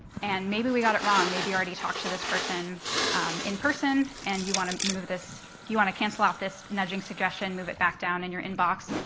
and maybe we got it wrong. maybe you already talked to this person in person, and you want to move this you want to cancel out this nudging suggestion, move it back down in your inbox.